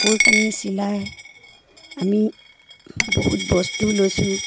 কাপোৰ কানি চিলাই আমি বহুত বস্তু লৈছোঁ